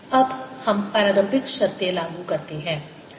ItCe RLtR अब हम प्रारंभिक शर्तें लागू करते हैं